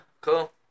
cool